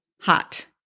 hot